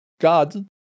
God